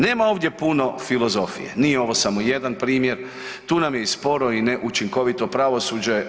Nema ovdje puno filozofije, nije ovo samo jedan primjer, tu nam je i sporo i neučinkovito pravosuđe.